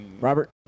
robert